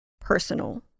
personal